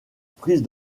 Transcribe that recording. prise